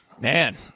Man